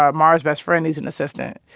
um mara's best friend needs an assistant,